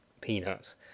peanuts